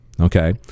Okay